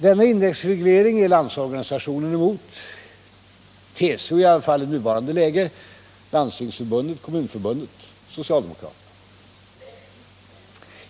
Landsorganisationen är emot en indexreglering. Det är också TCO -— i varje fall i nuvarande läge, Landstingsförbundet, Kommunförbundet och socialdemokraterna.